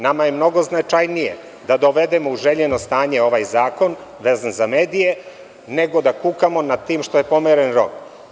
Nama je mnogo značajnije da dovedemo u željeno stanje ovaj zakon vezan za medije, nego da kukamo nad tim što je pomeren rok.